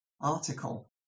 article